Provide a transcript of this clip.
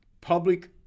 public